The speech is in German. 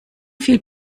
viel